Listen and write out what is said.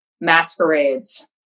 masquerades